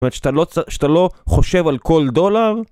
זאת אומרת שאתה לא חושב על כל דולר?